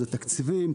זה תקציבים,